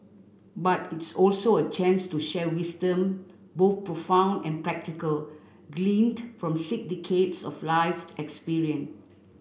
but it's also a chance to share wisdom both profound and practical gleaned from six decades of lived experience